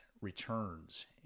returns